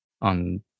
on